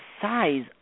size